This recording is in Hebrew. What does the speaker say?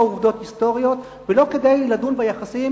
עובדות היסטוריות ולא כדי לדון ביחסים,